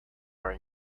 are